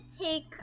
take